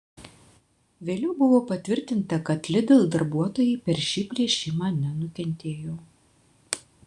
vėliau buvo patvirtinta kad lidl darbuotojai per šį plėšimą nenukentėjo